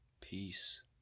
Peace